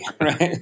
right